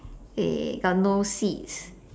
uh got no seats